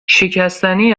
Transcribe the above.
شکستنی